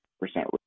percent